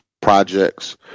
projects